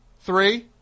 Three